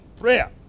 prayer